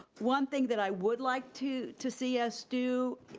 one thing that i would like to to see us do,